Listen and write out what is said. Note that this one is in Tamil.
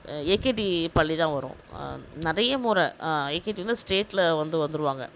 ஏகேடி பள்ளிதான் வரும் நிறைய முறை ஏகேடி வந்து ஸ்டேட்டில் வந்து வந்திருவாங்க